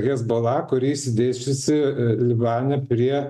hezbola kuri išsidėsčiusi libane prie